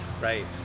Right